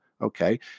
Okay